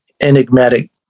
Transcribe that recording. enigmatic